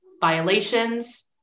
violations